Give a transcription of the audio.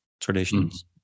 traditions